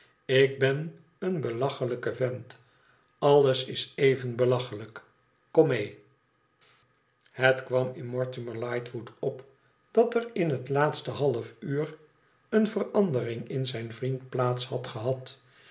lik ben een be lachelijke vent alles is even belachelijk kom mee het kwam in mortimer lightwood op dat er in het laatste halfuur eene verandering in zijn vriend plaats had gehad